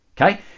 Okay